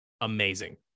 amazing